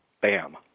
bam